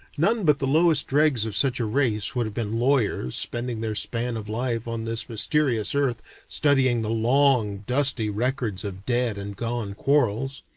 none but the lowest dregs of such a race would have been lawyers spending their span of life on this mysterious earth studying the long dusty records of dead and gone quarrels.